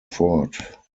fort